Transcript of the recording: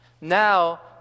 now